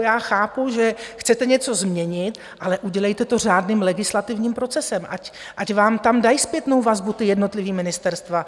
Já chápu, že chcete něco změnit, ale udělejte to řádným legislativním procesem, ať vám tam dají zpětnou vazbu jednotlivá ministerstva.